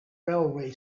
railway